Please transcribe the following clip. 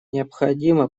необходимо